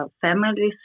Families